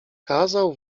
kazał